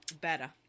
better